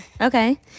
Okay